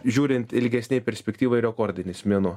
žiūrint ilgesnėj perspektyvoj rekordinis mėnuo